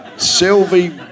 Sylvie